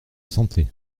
santé